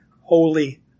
holy